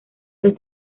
los